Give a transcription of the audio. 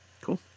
Cool